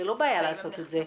זה לא בעיה לעשות את זה.